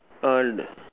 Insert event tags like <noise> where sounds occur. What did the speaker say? <noise>